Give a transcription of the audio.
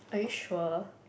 are you sure